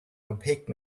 opaque